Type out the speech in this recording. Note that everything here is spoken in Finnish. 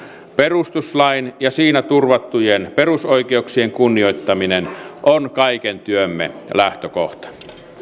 perustuslain ja siinä turvattujen perusoikeuksien kunnioittaminen on kaiken työmme lähtökohta